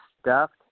stuffed